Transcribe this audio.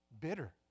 bitter